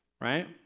Right